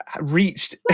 reached